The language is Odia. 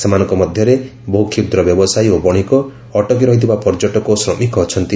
ସେମାନଙ୍କ ମଧ୍ୟରେ ବହୁ କ୍ଷୁଦ୍ର ବ୍ୟବସାୟୀ ଓ ବଣିକ ଅଟକି ରହିଥିବା ପର୍ଯ୍ୟଟକ ଓ ଶ୍ରମିକ ଅଛନ୍ତି